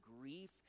grief